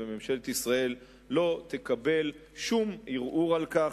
וממשלת ישראל לא תקבל שום ערעור על כך